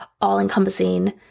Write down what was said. all-encompassing